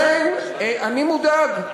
לכן אני מודאג.